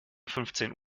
fünfzehn